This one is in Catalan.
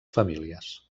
famílies